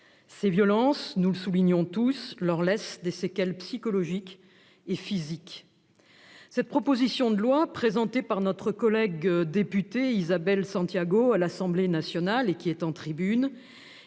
Ces violences- nous le soulignons tous -leur laissent des séquelles psychologiques et physiques. Cette proposition de loi, déposée par notre collègue députée Isabelle Santiago, présente aujourd'hui dans les tribunes